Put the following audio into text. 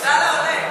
עבדאללה עולה.